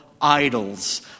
idols